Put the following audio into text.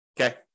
Okay